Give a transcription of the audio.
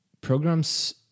programs